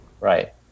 Right